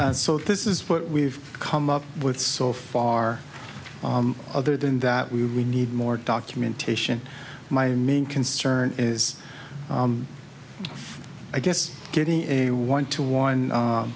brooks so this is what we've come up with so far other than that we we need more documentation my main concern is i guess getting a one to one